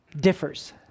differs